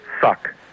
Suck